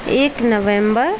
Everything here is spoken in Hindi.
एक नवंबर